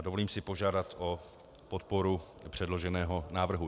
Dovolím si požádat o podporu předloženého návrhu.